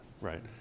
right